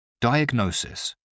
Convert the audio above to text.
diagnosis